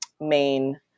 main